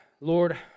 Lord